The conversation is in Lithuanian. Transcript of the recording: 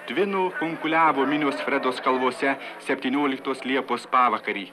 tvino kunkuliavo minios fredos kalvose septynioliktos liepos pavakarį